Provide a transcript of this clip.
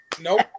Nope